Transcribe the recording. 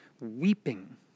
weeping